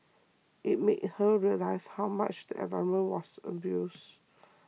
it made her realise how much the environment was abused